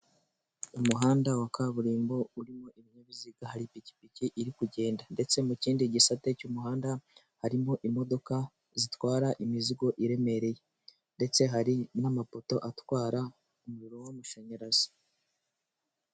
Umuhanda wa kaburimbo urimo ibinyabiziga hari ipikipiki iri kugenda ndetse mu kindi gisate cy'umuhanda harimo imodoka zitwara imizigo iremereye, ndetse hari n'amapoto atwara umuriro w'amashanyarazi.